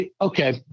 Okay